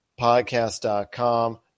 podcast.com